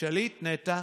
של מגעים,